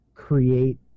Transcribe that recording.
create